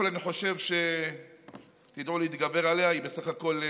אני חושב שתדעו להתגבר עליה, היא בסך הכול מכובדת,